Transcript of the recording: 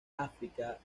áfrica